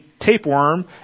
tapeworm